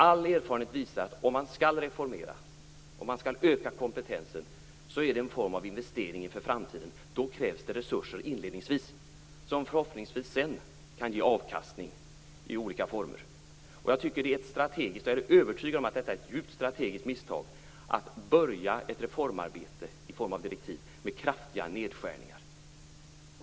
All erfarenhet visar att ökad kompetens är en form av investering inför framtiden, och då krävs det resurser inledningsvis som förhoppningsvis sedan kan ge avkastning i olika former. Jag är övertygad om att det är ett djupt strategiskt misstag att börja ett reformarbete i form av direktiv med kraftiga nedskärningar.